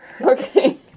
Okay